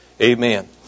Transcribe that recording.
amen